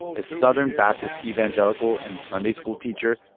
a southern baptist evangelical and sunday school teacher,